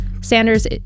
Sanders